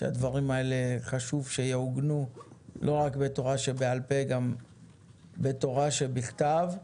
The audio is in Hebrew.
חשוב שהדברים האלה יעוגנו לא רק בתורה שבעל-פה אלא גם בתורה שבכתב.